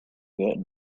good